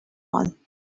one